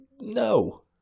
no